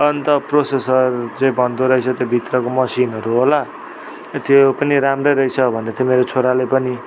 अन्त प्रोसेसर चाहिँ भन्दो रहेछ त्यो भित्रको मसिनहरू होला त्यो पनि राम्रै रहेछ भन्दै थियो मेरो छोराले पनि